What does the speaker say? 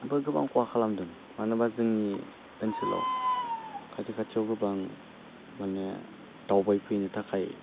बो गोबां खहा खालामदों मानो होनबा जोंनि ओनसोलाव खाथि खाथियाव गोबां मानि दावबायफैनो थाखाय